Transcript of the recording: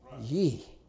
ye